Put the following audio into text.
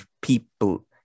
people